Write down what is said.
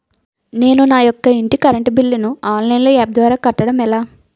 నేను నా యెక్క ఇంటి కరెంట్ బిల్ ను ఆన్లైన్ యాప్ ద్వారా కట్టడం ఎలా?